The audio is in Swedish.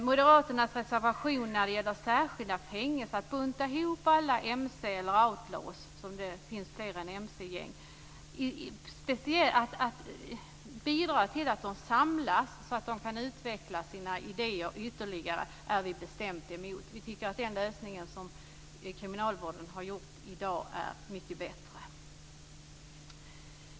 Moderaterna föreslår i en reservation att alla outlaws - det handlar inte bara om mc-gäng - skall buntas ihop i särskilda fängelser. Att bidra till att de samlas gör att de ytterligare kan utveckla sina idéer, och det är något vi bestämt är emot. Vi tycker att den lösning som kriminalvården använder i dag är mycket bättre.